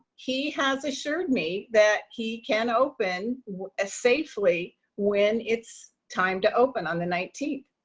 he has assured me that he can open ah safely when it's time to open on the nineteenth.